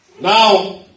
now